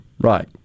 Right